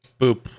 Boop